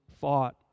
fought